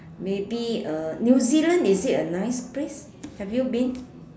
maybe uh New Zealand is it a nice place have you been